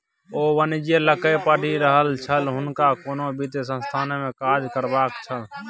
ओ वाणिज्य लकए पढ़ि रहल छल हुनका कोनो वित्त संस्थानमे काज करबाक छल